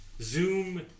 Zoom